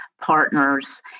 partners